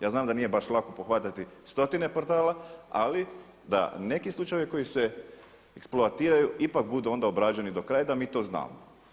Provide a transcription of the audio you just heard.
Ja znam da nije baš lako pohvatati stotine portala, ali da neki slučajevi koji se eksploatiraju ipak budu onda obrađeni do kraja i da mi to znamo.